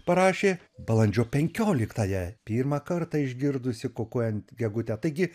parašė balandžio penkioliktąją pirmą kartą išgirdusi kukuojant gegutę taigi